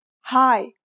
Hi